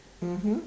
mmhmm